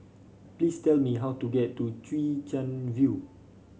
please tell me how to get to Chwee Chian View